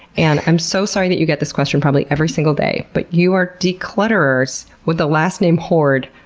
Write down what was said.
and, i'm so sorry that you get this question probably every single day, but you are declutterers with the last name hord,